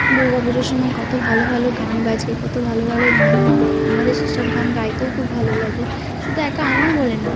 দুর্গাপুজোর সময় কত ভালো ভালো গান বাজে কত ভালো ভালো গান হয় আমাদের সেসব গান গাইতেও খুব ভালো লাগে শুধু একা আমার বলে না